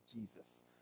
Jesus